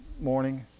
morning